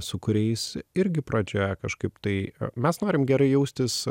su kuriais irgi pradžioje kažkaip tai mes norim gerai jaustis